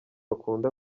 akunda